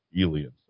aliens